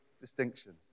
distinctions